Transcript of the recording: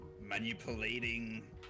manipulating